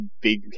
big